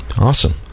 awesome